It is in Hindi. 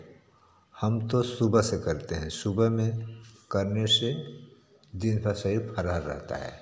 हम तो सुबह से करते हैं सुबह में करने से दिन भर शरीर फरहर रहता है